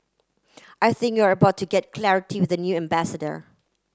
I think you are about to get clarity with the new ambassador